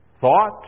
thought